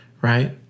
right